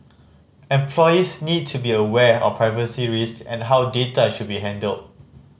employees need to be aware of privacy risk and how data should be handled